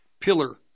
pillar